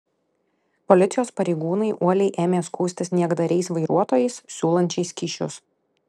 policijos pareigūnai uoliai ėmė skųstis niekdariais vairuotojais siūlančiais kyšius